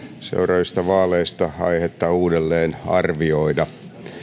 seuraavista vaaleista aihetta uudelleen arvioida